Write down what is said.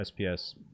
SPS